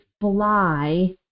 fly